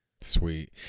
Sweet